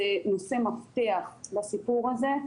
זה נושא מפתח בסיפור הזה.